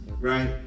Right